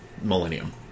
Millennium